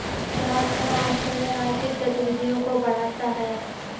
क्या कर आश्रय आर्थिक गतिविधियों को बढ़ाता है?